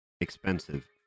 expensive